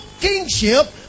kingship